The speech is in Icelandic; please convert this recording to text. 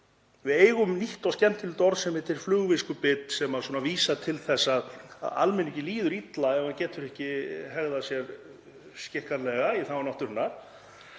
Við eigum nýtt og skemmtilegt orð sem heitir flugviskubit sem vísar til þess að almenningi líður illa ef hann getur ekki hegðað sér skikkanlega í þágu náttúrunnar.